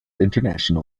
international